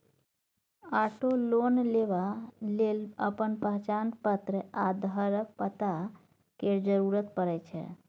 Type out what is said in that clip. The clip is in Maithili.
आटो लोन लेबा लेल अपन पहचान पत्र आ घरक पता केर जरुरत परै छै